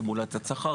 בסימולציית שכר.